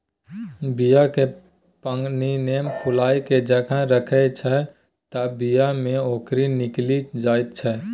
बीया केँ पानिमे फुलाए केँ जखन राखै छै तए बीया मे औंकरी निकलि जाइत छै